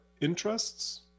interests